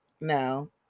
no